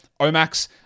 Omax